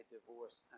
Divorce